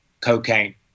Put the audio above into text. cocaine